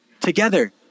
together